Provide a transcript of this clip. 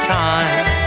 time